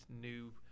new